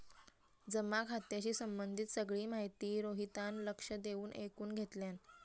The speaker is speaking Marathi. जमा खात्याशी संबंधित सगळी माहिती रोहितान लक्ष देऊन ऐकुन घेतल्यान